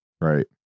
right